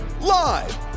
live